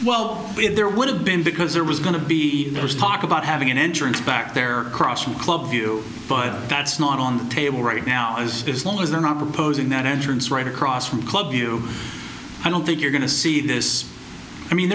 when there would have been because there was going to be there was talk about having an entrance back there cross from club view but that's not on the table right now as it is long as they're not proposing that entrance right across from club view i don't think you're going to see this i mean